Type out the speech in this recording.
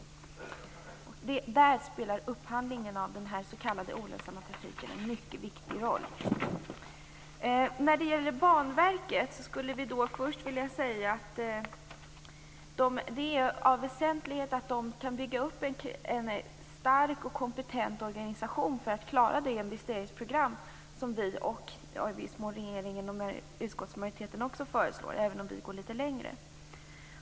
Där spelar upphandlingen av den s.k. olönsamma trafiken en mycket viktig roll. När det gäller Banverket skulle jag först vilja säga att det är väsentligt att det kan bygga upp en stark och kompetent organisation för att klara det investeringsprogram som vi, i viss mån regeringen och även utskottsmajoriteten föreslår. Vi vill dock gå litet längre.